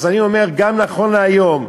אני אומר שגם נכון להיום,